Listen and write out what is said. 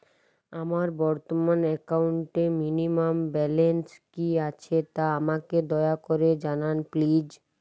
আমার বর্তমান একাউন্টে মিনিমাম ব্যালেন্স কী আছে তা আমাকে দয়া করে জানান প্লিজ